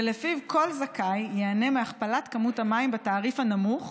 ולפיו כל זכאי ייהנה מהכפלת כמות המים בתעריף הנמוך,